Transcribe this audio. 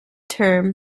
term